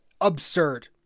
absurd